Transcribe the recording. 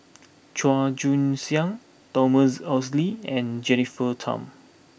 Chua Joon Siang Thomas Oxley and Jennifer Tham